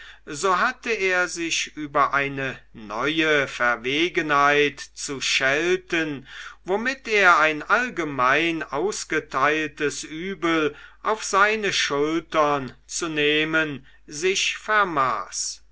so hatte er sich über eine neue verwegenheit zu schelten womit er ein allgemein ausgeteiltes übel auf seine schultern zu nehmen sich vermaß